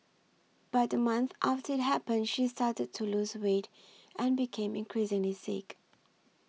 but a month after it happened she started to lose weight and became increasingly sickly